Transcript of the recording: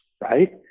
right